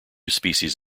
species